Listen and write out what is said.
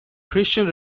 christian